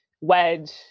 wedge